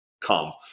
come